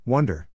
Wonder